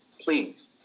Please